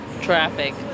Traffic